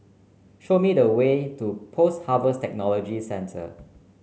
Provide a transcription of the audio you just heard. show me the way to Post Harvest Technology Centre